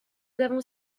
avons